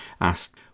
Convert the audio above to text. asked